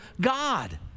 God